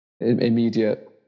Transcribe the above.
immediate